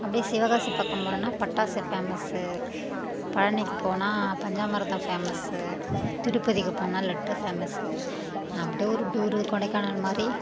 அப்டியே சிவகாசி பக்கம் போனோம்னா பட்டாசு ஃபேமஸு பழனிக்கு போனால் பஞ்சாமிருதம் ஃபேமஸு திருப்பதிக்கு போனால் லட்டு ஃபேமஸு அப்டியே ஒரு டூரு கொடைக்கானல் மாதிரி